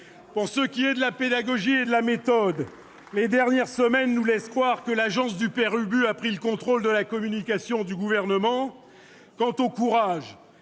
Pour ce qui est de la pédagogie et de la méthode, les dernières semaines laissent penser que l'agence du père Ubu a pris le contrôle de la communication du Gouvernement. Quant au courage,